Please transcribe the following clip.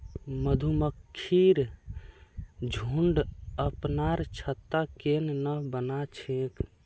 मधुमक्खिर झुंड अपनार छत्ता केन न बना छेक